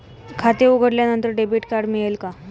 खाते उघडल्यानंतर debit card मिळते का?